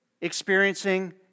experiencing